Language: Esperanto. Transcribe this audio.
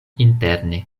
interne